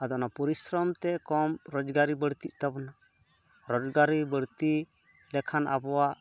ᱟᱫᱚ ᱚᱱᱟ ᱯᱚᱨᱤᱥᱨᱚᱢᱛᱮ ᱠᱚᱢ ᱨᱳᱡᱽᱜᱟᱨᱤ ᱵᱟᱹᱲᱛᱤ ᱛᱟᱵᱚᱱᱟ ᱨᱳᱡᱽᱜᱟᱨᱤ ᱵᱟᱹᱲᱛᱤ ᱞᱮᱠᱷᱟᱱ ᱟᱵᱚᱣᱟᱜ